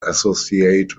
associate